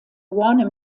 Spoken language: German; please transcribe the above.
warner